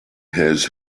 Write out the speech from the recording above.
has